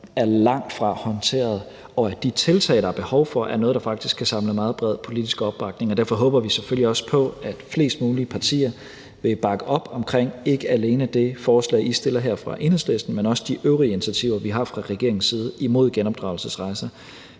langtfra er håndteret, og at de tiltag, der er behov for, er nogle, der faktisk kan samle meget bred politisk opbakning. Derfor håber vi selvfølgelig også på, at flest mulige partier vil bakke op om ikke alene det forslag, I har fremsat her fra Enhedslisten, men også de øvrige initiativer, vi har haft fra regeringens side imod genopdragelsesrejser.